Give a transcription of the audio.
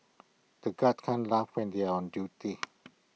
the guards can't laugh when they are on duty